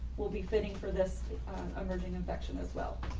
will be fitting for this emerging infection as well.